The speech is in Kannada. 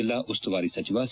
ಜಿಲ್ಲಾ ಉಸ್ತುವಾರಿ ಸಚಿವ ಸಿ